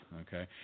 Okay